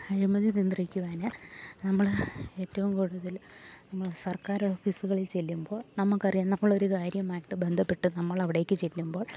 അഴിമതി നിന്ത്രിക്കുവാന് നമ്മള് ഏറ്റവും കൂടുതൽ നമ്മള് സർക്കാരോഫീസുകളിൽ ചെല്ലുമ്പോൾ നമുക്ക് അറിയാം നമ്മളൊരു കാര്യമായിട്ട് ബന്ധപ്പെട്ട് നമ്മളവിടേക്ക് ചെല്ലുമ്പോൾ